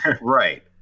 Right